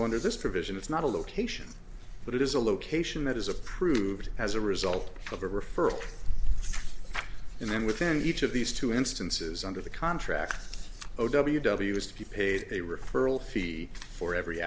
under this provision it's not a location but it is a location that is approved as a result of a referral in and within each of these two instances under the contract or w w is to be paid a referral fee for every